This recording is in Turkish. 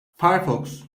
firefox